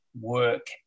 work